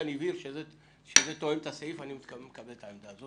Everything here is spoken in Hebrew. אילן הבהיר שזה תואם את הסעיף ואני מקבל את העמדה הזו,